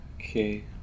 Okay